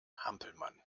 hampelmann